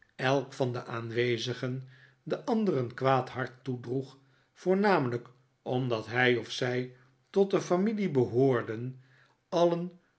elk van de aanwezigen den ander een kwaad hart toedroeg voornamelijk omdat hij of zij tot de familie behoorden alien